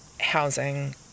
housing